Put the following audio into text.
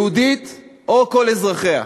יהודית או "כל אזרחיה".